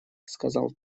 сказал